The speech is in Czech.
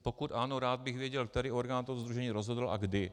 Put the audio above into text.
Pokud ano, rád bych věděl, který orgán toho sdružení rozhodl a kdy.